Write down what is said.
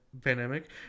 pandemic